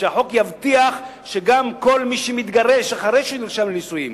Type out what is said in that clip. שהחוק יבטיח שגם כל מי שמתגרש אחרי שנרשם לנישואים